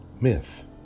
myth